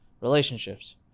relationships